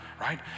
Right